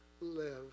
live